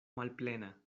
malplena